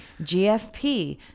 gfp